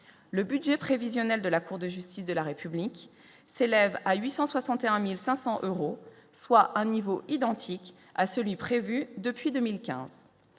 le budget prévisionnel de la Cour de justice de la République s'élève à 861500 euros, soit un niveau identique à celui prévu depuis 2015,